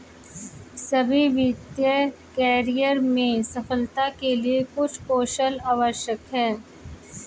सभी वित्तीय करियर में सफलता के लिए कुछ कौशल आवश्यक हैं